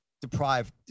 deprived